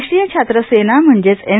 राष्ट्रीय छात्र सेना म्हणजेच एन